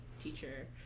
teacher